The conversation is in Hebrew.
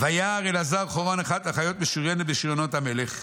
"וירא אלעזר חורן אחת החיות משוריינת בשריונות המלך".